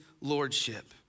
lordship